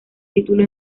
título